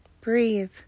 breathe